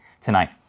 tonight